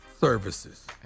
services